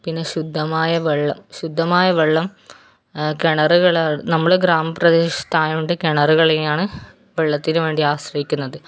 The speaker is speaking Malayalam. പിന്നെ ശുദ്ധമായ വെള്ളം ശുദ്ധമായ വെള്ളം കിണറുകള് നമ്മള് ഗ്രാമ പ്രദേശത്തായതുകൊണ്ട് കിണറുകളെയാണ് വെള്ളത്തിന് വേണ്ടി ആശ്രയിക്കുന്നത്